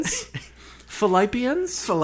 Philippians